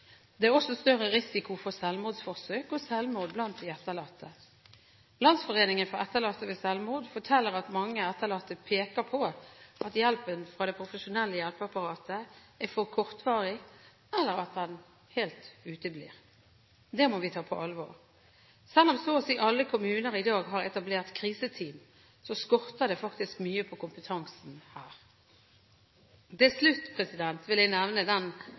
Det er også større risiko for selvmordsforsøk og selvmord blant de etterlatte. Landsforeningen for etterlatte ved selvmord forteller at mange etterlatte peker på at hjelpen fra det profesjonelle hjelpeapparatet er for kortvarig, eller at den helt uteblir. Det må vi ta på alvor. Selv om så å si alle kommuner i dag har etablert kriseteam, skorter det faktisk mye på kompetansen her. Til slutt vil jeg nevne den